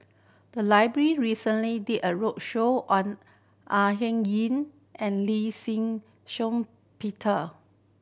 the library recently did a roadshow on Au Hing Yee and Lee Shiong Peter